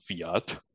fiat